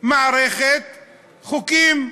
מערכת חוקים.